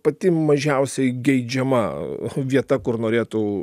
pati mažiausiai geidžiama vieta kur norėtų